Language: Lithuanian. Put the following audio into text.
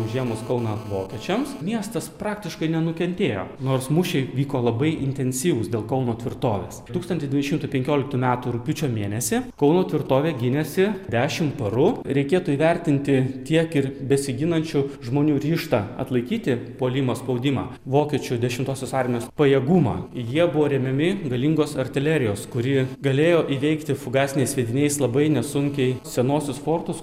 užėmus kauną vokiečiams miestas praktiškai nenukentėjo nors mūšiai vyko labai intensyvūs dėl kauno tvirtovės tūkstantis devyni šimtai penkioliktų metų rugpjūčio mėnesį kauno tvirtovė gynėsi dešimt parų reikėtų įvertinti tiek ir besiginančių žmonių ryžtą atlaikyti puolimo spaudimą vokiečių dešimtosios armijos pajėgumą jie buvo remiami galingos artilerijos kuri galėjo įveikti fugasiniais sviediniais labai nesunkiai senuosius fortus